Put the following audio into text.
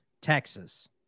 Texas